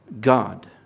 God